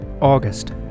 August